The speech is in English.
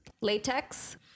Latex